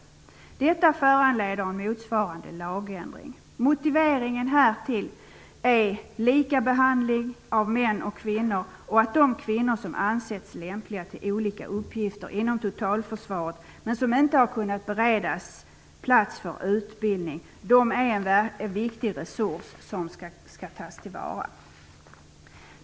Detta föranleder motsvarande lagändring. Motiveringen härtill är lika behandling av män och kvinnor, och att de kvinnor som ansetts lämpliga för olika uppgifter inom totalförsvaret, men som inte har kunnat beredas plats, är en viktig resurs som skall tas till vara.